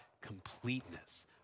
completeness